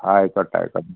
ആയിക്കോട്ടെ ആയിക്കോട്ടെ